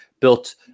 built